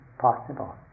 possible